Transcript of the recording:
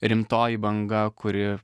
rimtoji banga kuri